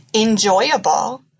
enjoyable